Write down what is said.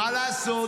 מה לעשות?